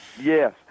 Yes